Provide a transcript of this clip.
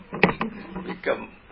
Become